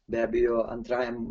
be abejo antrajam